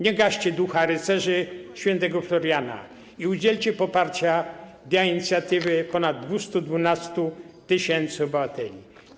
Nie gaście ducha rycerzy św. Floriana i udzielcie poparcia dla inicjatywy ponad 212 tys. obywateli.